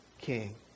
king